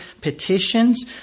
petitions